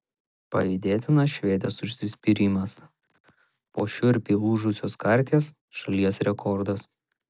pavydėtinas švedės užsispyrimas po šiurpiai lūžusios karties šalies rekordas